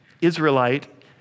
Israelite